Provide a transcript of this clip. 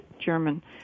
German